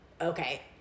okay